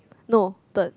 no third